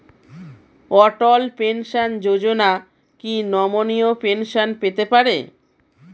অটল pension Yojana কি নমনীয় pension পেতে পারে?